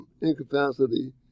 incapacity